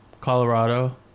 Colorado